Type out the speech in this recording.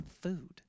food